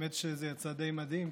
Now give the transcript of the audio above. האמת שזה יצא די מדהים,